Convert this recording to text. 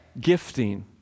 gifting